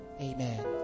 Amen